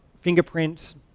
fingerprints